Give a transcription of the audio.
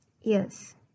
Yes